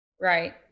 Right